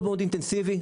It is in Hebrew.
מאוד אינטנסיבי,